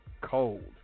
cold